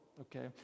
okay